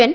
N